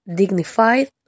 dignified